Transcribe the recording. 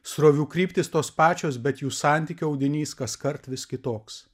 srovių kryptys tos pačios bet jų santykių audinys kaskart vis kitoks